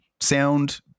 sound